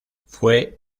fue